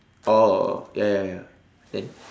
oh oh ya ya ya then